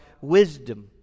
wisdom